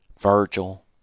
Virgil